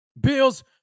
Bills